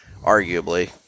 arguably